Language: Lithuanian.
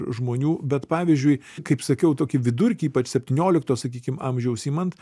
žmonių bet pavyzdžiui kaip sakiau tokį vidurkį ypač septyniolikto sakykim amžiaus imant